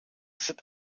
zit